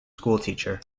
schoolteacher